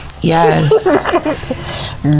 Yes